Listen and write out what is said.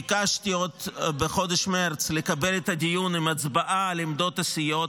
ביקשתי עוד בחודש מרץ לקבל את הדיון עם הצבעה על עמדות הסיעות,